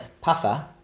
puffer